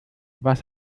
was